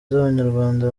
z’abanyarwanda